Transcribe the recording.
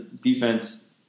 defense